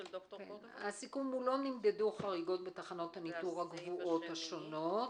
הסיכום הוא: לא נמדדו חריגות בתחנות הניטור הקבועות השונות.